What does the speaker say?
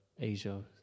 Asia